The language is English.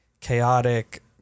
chaotic